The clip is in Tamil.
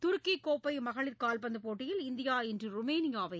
துருக்கி கோப்பை மகளிர் கால்பந்துப் போட்டியில் இந்தியா இன்று ருமேனியாவை